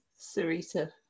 Sarita